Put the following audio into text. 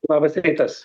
labas rytas